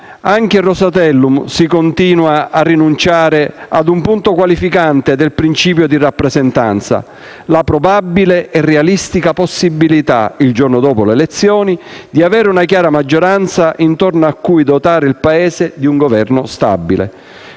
nel Rosatellum si continua a rinunciare ad un punto qualificante del principio di rappresentanza: la probabile e realistica possibilità, il giorno dopo le elezioni, di avere una chiara maggioranza intorno cui dotare il Paese di un Governo stabile.